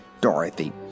Dorothy